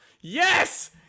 Yes